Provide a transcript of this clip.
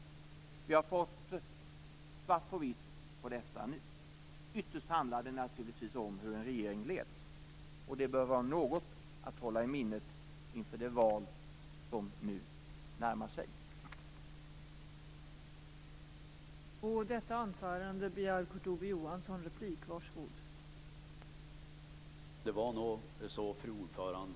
Det har vi fått svart på vitt på nu. Ytterst handlar det naturligtvis om hur en regering leds, och det bör vara något att hålla i minnet inför det val som nu närmar sig.